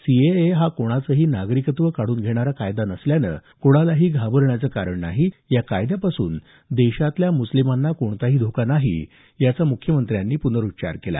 CAA हा कोणाचंही नागरिकत्व काढून घेणारा कायदा नसल्यानं कोणालाही घाबरण्याचं कारण नाही या कायद्यापासून देशातल्या मुस्लिमांना कोणताही धोका नाही याचा मुख्यमंत्र्यांनी पुनरुच्चार केला